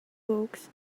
books